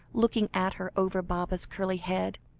looking at her over baba's curly head.